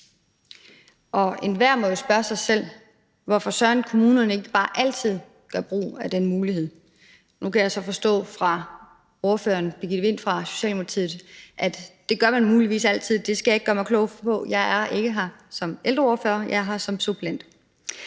Og enhver må jo spørge sig selv, hvorfor søren kommunerne ikke bare altid gør brug af den mulighed. Nu kan jeg så forstå på ordføreren for Socialdemokratiet, fru Birgitte Vind, at det gør man muligvis altid. Det skal jeg ikke gøre mig klog på, for jeg er her ikke som ældreordfører, jeg er her som suppleant.